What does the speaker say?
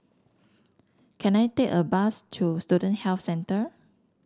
can I take a bus to Student Health Centre